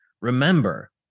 remember